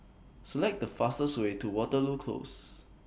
Select The fastest Way to Waterloo Close